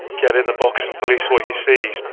get in the box and police what you see.